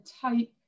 type